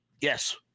Yes